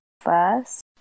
first